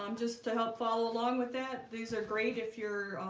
um just to help follow along with that these are great if you're ah,